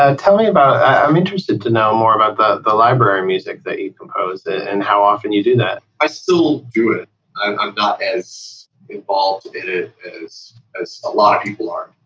ah tell me about, i'm interested to know more about the the library music that you've composed and how often you do that. i still do it. i'm i'm not as involved in it as as a lot of people are.